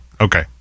Okay